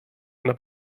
einer